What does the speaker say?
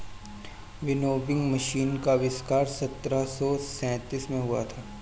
winnowing machine का आविष्कार सत्रह सौ सैंतीस में हुआ था